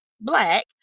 black